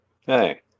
Hey